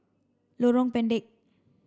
Lorong Pendek